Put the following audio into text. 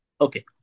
Okay